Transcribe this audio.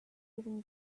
even